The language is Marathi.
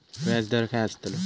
व्याज दर काय आस्तलो?